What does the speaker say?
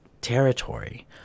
territory